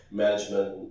management